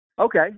Okay